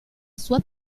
soit